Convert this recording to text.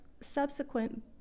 subsequent